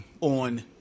on